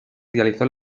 realizó